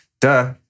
duh